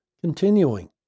Continuing